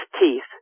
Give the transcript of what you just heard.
teeth